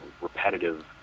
repetitive